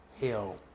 hell